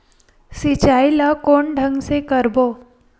सिंचाई ल कोन ढंग से करबो?